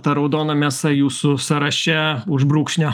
ta raudona mėsa jūsų sąraše už brūkšnio